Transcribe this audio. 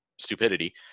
stupidity